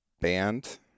band